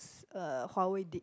uh Huawei did